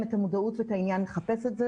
את המודעות ואת העניין לחפש את זה.